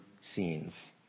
scenes